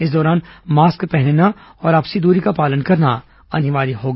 इस दौरान मास्क पहनना और आपसी दूरी का पालन करना जरूरी होगा